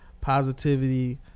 positivity